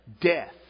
death